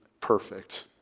perfect